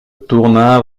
tourna